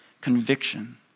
conviction